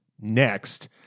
next